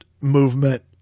movement